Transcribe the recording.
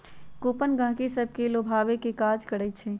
coupon गहकि सभके लोभावे के काज करइ छइ